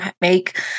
make